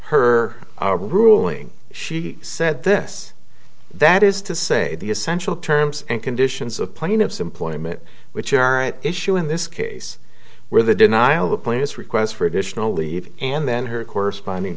her ruling she said this that is to say the essential terms and conditions of plaintiff's employment which are at issue in this case where the denial of a point is requests for additional leave and then her corresponding